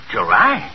July